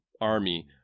army